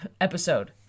episode